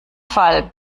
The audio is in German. fall